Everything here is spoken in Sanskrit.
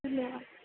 धन्यवादः